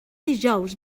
dijous